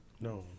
No